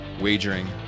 wagering